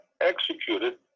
executed